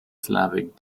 slavic